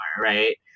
right